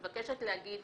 מבקשת להגיד